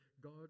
God